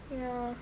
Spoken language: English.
ya